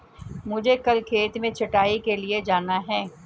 मुझे कल खेत में छटाई के लिए जाना है